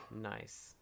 Nice